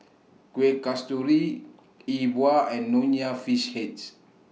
Kueh Kasturi E Bua and Nonya Fish Heads